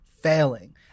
failing